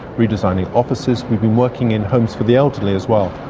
redesigning offices. we've been working in homes for the elderly as well.